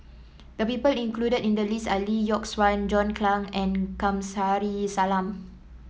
the people included in the list are Lee Yock Suan John Clang and Kamsari Salam